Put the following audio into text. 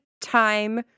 time